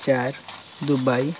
ଚାରି ଦୁବାଇ